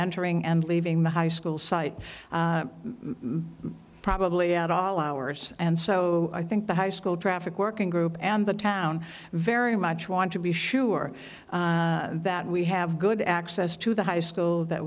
entering and leaving the high school site probably at all hours and so i think the high school traffic working group and the town very much want to be sure that we have good access to the high school that